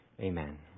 Amen